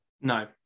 No